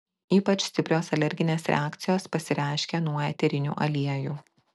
ypač stiprios alerginės reakcijos pasireiškia nuo eterinių aliejų